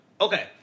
okay